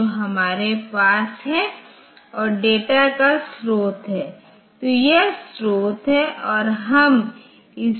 तो यह R 13 से इंगित मेमोरी स्थानों पर R0 से R 11 रजिस्टरों से डेटा जो के 48 बाइट्स को स्थानांतरित करेगा